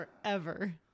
forever